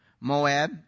Moab